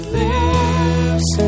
lives